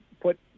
put